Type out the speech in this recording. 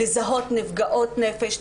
לזהות נפגעות נפש,